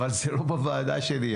אבל זה לא בוועדה שלי,